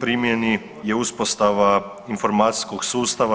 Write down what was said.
primjeni je uspostava informacijskog sustava.